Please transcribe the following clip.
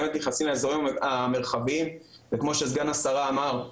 באמת נכנסים לאזורים המרחביים וכמו שסגן השרה אמר,